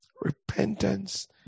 Repentance